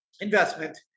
investment